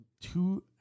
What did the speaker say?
Two